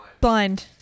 blind